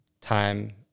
Time